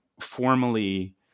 Formally